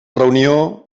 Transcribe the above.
reunió